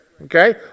Okay